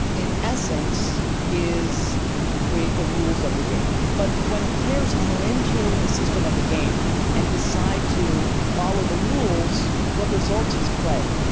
in essence is create the rules of the game. but when players enter into the system of the game and decide to follow the rules, what results is play,